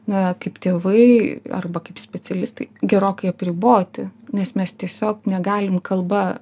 na kaip tėvai arba kaip specialistai gerokai apriboti nes mes tiesiog negalim kalba